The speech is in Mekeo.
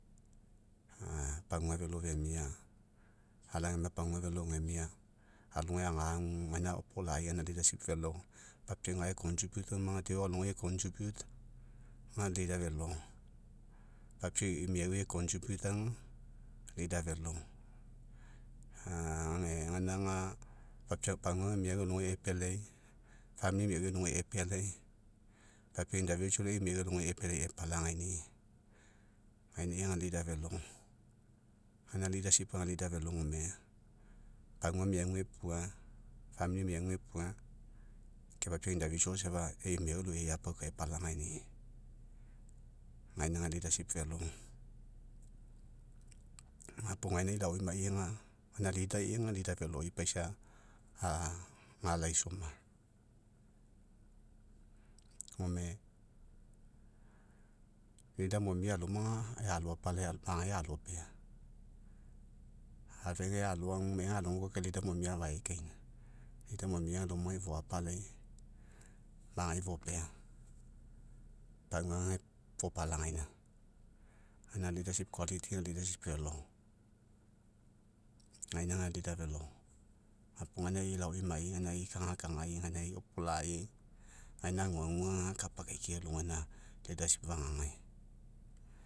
pagua velo femia. Ala ogeoma pagua velo ogemia. Alogai agu, gaina opolai, gaina velo. Papiau ga e oma, deo alogai e ga velo. Papiau ei mauai e aga velo. gaina ga, papiau pagua aga miau alogai, epealai. miaui alogai epealai, papiau ei miau alogai epealai, epalagaini'i. Gainai lida velo. Gaina ga velo, home pagua miauga epua, miauga epua, ke paiau safa ei miau aloiai eapauka epalagaini'i. Gaina ga velo. Gapuo gainai laoimai aga, gaina lidai aga veloi paisa, ga laisaoma. Gome lida momia aloma aga, alo apalai, magai alopea. Afegai aloagu, me'egai aloagu kai lida momia afaefaina. Lida momia lomia, oi foapalai, magai fopea. Pagua fopalagaina. Gaina velo. Gaina ga lida velo. Gapuo gainai laomai, gainai kagakagai, gainai opolai, gaina aguaguga kapa akaikia alogaina fagagai.